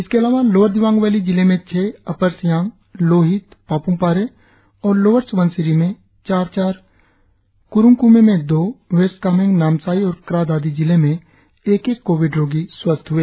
इसके अलावा lower Dibang valley जिलें मे छह अपर सियांग लोहित पापुमपारे और लोअर स्बनसिरी में चार चार क्रुंग क्में में दो वेस्ट कामेंग नामसाई और क्रा दादी जिले में एक एक कोविड रोगी स्वस्थ हए